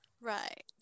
right